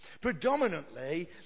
Predominantly